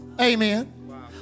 amen